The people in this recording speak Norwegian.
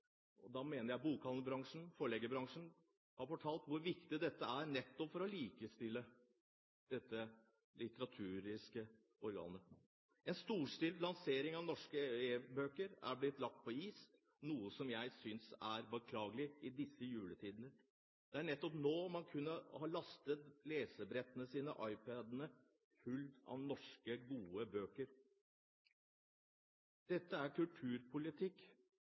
og da mener jeg bokhandlerbransjen, forleggerbransjen – har fortalt hvor viktig dette er nettopp for å likestille dette litterære organet. En storstilt lansering av norske e-bøker er blitt lagt på is, noe som jeg synes er beklagelig i disse juletider. Det er nettopp nå man kunne ha lastet lesebrettene og iPad-ene sine fulle av gode norske bøker. Dette er kulturpolitikk,